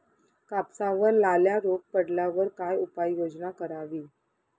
कापसावर लाल्या रोग पडल्यावर काय उपाययोजना करावी?